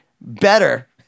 better